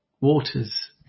Waters